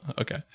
Okay